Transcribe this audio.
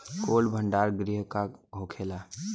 Cold भण्डार गृह का होखेला?